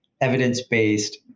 evidence-based